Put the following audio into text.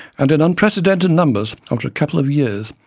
and in unprecedented numbers after a couple of years,